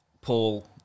Paul